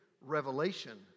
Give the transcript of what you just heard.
Revelation